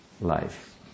life